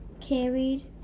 carried